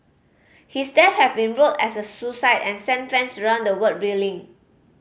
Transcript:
his death has been ruled as a suicide and sent fans around the world reeling